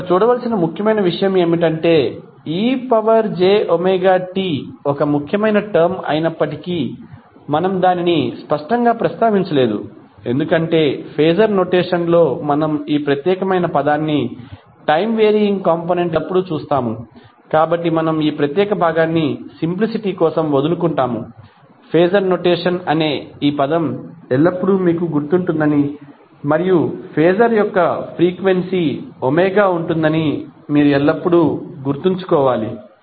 ఇక్కడ చూడవలసిన ముఖ్యమైన విషయం ఏమిటంటే ejωt ఒక ముఖ్యమైన టర్మ్ అయినప్పటికీ మనము దానిని స్పష్టంగా ప్రస్తావించలేదు ఎందుకంటే ఫేజర్ నోటేషన్ లో మనం ఈ ప్రత్యేకమైన పదాన్ని టైమ్ వేరీయింగ్ కాంపొనెంట్ గా ఎల్లప్పుడూ చూస్తాము కాబట్టి మనము ఈ ప్రత్యేక భాగాన్ని సింప్లిసిటీ కోసం వదులుకుంటాము ఫేజర్ నోటేషన్ అనే ఈ పదం ఎల్లప్పుడూ మీకు గుర్తు ఉంటుందని మరియు ఫేజర్ యొక్క ఫ్రీక్వెన్సీ ఉంటుందని మీరు ఎల్లప్పుడూ గుర్తుంచుకోవాలి